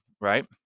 right